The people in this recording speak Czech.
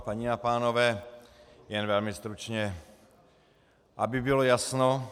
Paní a pánové, jen velmi stručně, aby bylo jasno.